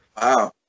Wow